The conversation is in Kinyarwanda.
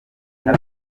uyu